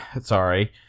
Sorry